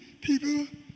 people